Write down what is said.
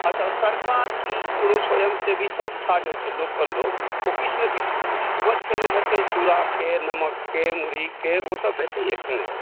अच्छा सरकार की कोनो स्वयंसेवी संस्था जे होइछै लोककऽ ओ किछु ने किछु भोजनके व्यवस्था केने हेतै चुड़ाके नमकके मुढ़ीके ओ सभ भेटैया कि नहि